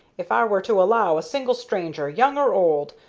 if i were to allow a single stranger, young or old,